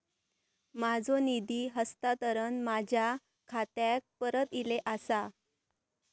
माझो निधी हस्तांतरण माझ्या खात्याक परत इले आसा